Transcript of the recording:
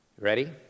ready